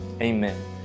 amen